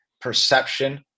perception